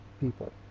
people